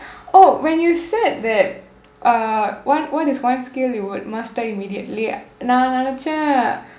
oh when you said that uh what what is one skill you would master immediately நான் நினைச்சேன்:naan ninaichen